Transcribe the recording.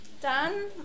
dann